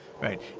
Right